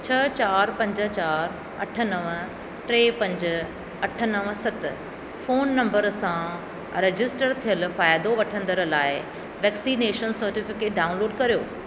छ्ह चारि पंज चारि अठ नव टे पंज अठ नव सत फ़ोन नंबर सां रजिस्टर थियल फ़ाइदो वठंदड़ लाइ वैक्सीनेशन सर्टिफिकेट डाउनलोड कर्यो